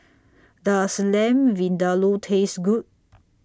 Does Lamb Vindaloo Taste Good